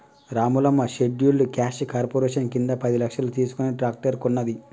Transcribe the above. Ramulamma scheduled caste corporation కింద పది లక్షలు తీసుకుని ట్రాక్టర్ కొన్నది